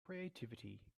creativity